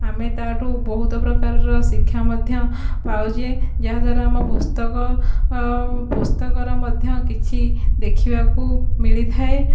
ଆମେ ତା' ଠାରୁ ବହୁତ ପ୍ରକାରର ଶିକ୍ଷା ମଧ୍ୟ ପାଉଛେ ଯାହାଦ୍ୱାରା ଆମ ପୁସ୍ତକ ପୁସ୍ତକର ମଧ୍ୟ କିଛି ଦେଖିବାକୁ ମିଳିଥାଏ